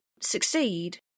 succeed